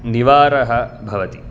निवारः भवति